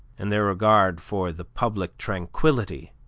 and their regard for the public tranquillity,